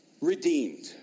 Redeemed